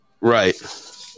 Right